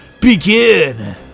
BEGIN